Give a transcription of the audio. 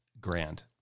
grand